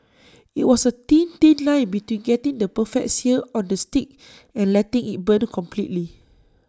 IT was A thin thin line between getting the perfect sear on the steak and letting IT burn completely